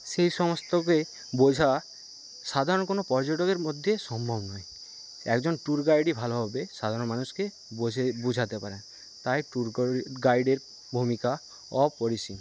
সেই সমস্তকে বোঝা সাধারণ কোন পর্যটকের পক্ষে সম্ভব নয় একজন ট্যুর গাইডই ভালোভাবে সাধারণ মানুষকে বোঝা বঝাতে পারে তাই ট্যুর গাইডের ভূমিকা অপরিসীম